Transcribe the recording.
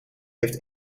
heeft